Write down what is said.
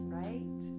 right